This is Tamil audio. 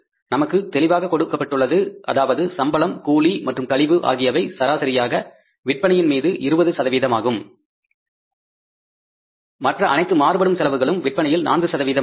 நமக்கு தெளிவாக கொடுக்கப்பட்டுள்ளது அதாவது சம்பளம் கூலி மற்றும் கழிவு ஆகியவை சராசரியாக விற்பனையின் மீது 20 சதவீதமாகும் மற்ற அனைத்து மாறுபடும் செலவுகளும் விற்பனையில் 4 சதவீதம் ஆகும்